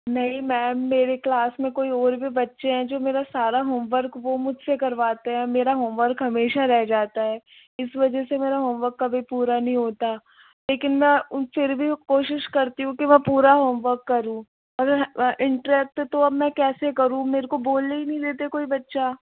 नहीं मैम मेरे क्लास में कोई और भी बच्चे हैं जो मेरा सारा होमवर्क वो मुझसे करवाते हैं मेरा होमवर्क हमेशा रह जाता है इस वजह से मेरा होमवर्क कभी पूरा नहीं होता लेकिन मैं फिर भी कोशिश करती हूँ कि मैं पूरा होमवर्क करूँ आर इंटरैक्ट तो कैसे करूँ मेरे को बोलने ही नहीं देते कोई बच्चा